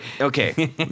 okay